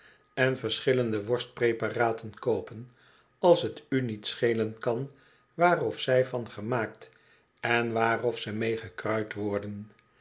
en verschillende worstpr ae par aten koopen als t u niet schelen kan waar of zij van gemaakt en waar of ze mee gekruid worden